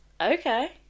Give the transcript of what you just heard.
Okay